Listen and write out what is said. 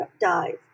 Dive